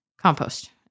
Compost